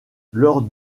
lors